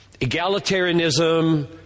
Egalitarianism